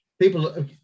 people